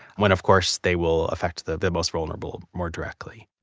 when of course they will affect the the most vulnerable more directly